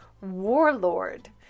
warlord